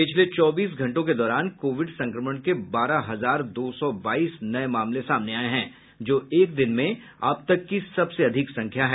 पिछले चौबीस घंटों के दौरान कोविड संक्रमण के बारह हजार दो सौ बाईस नये मामले सामने आये हैं जो एक दिन में अब तक की सबसे अधिक संख्या है